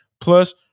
plus